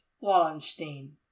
wallenstein